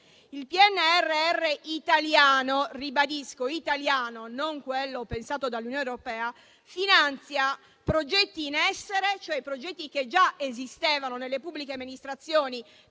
europea - finanzia progetti in essere, cioè progetti che già esistevano nelle pubbliche amministrazioni